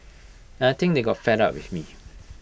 and I think they got fed up with me